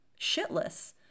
shitless